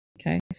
okay